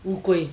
乌龟